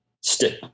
stick